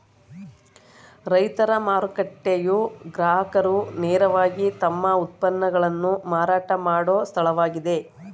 ರೈತರ ಮಾರುಕಟ್ಟೆಯು ಗ್ರಾಹಕರು ನೇರವಾಗಿ ತಮ್ಮ ಉತ್ಪನ್ನಗಳನ್ನು ಮಾರಾಟ ಮಾಡೋ ಸ್ಥಳವಾಗಿದೆ